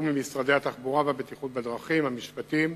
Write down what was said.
בתיאום עם משרדי התחבורה והבטיחות בדרכים, המשפטים